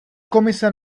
komise